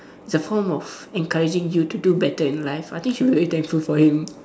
it's a form of encouraging you to do better in life I think you should be very thankful for him